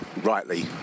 rightly